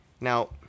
Now